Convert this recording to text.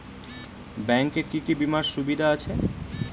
Bank এ কি কী বীমার সুবিধা আছে?